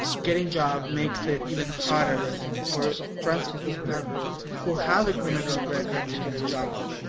getting job makes it even harder for trans people who have who have a criminal record to get a job.